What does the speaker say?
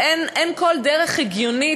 ואין כל דרך הגיונית,